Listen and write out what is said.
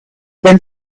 then